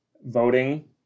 Voting